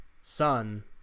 son